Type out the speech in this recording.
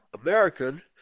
American